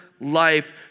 life